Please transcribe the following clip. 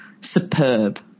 superb